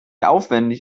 aufwendig